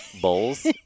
bowls